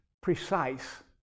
precise